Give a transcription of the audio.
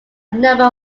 number